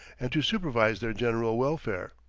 and to supervise their general welfare.